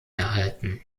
erhalten